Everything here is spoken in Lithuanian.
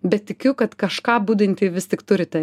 bet tikiu kad kažką budintį vis tik turite